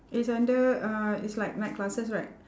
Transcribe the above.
it's under uh it's like night classes right